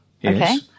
Yes